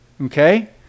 okay